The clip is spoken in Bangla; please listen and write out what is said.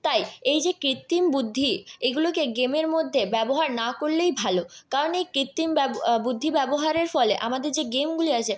তাই এই যে কৃত্রিম বুদ্ধি এগুলোকে গেমের মধ্যে ব্যবহার না করলেই ভালো কারণ এই কৃত্রিম বুদ্ধি ব্যবহারের ফলে আমাদের যে গেমগুলি আছে